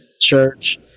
church